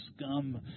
scum